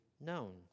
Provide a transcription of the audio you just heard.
known